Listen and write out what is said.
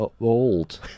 old